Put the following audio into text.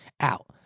out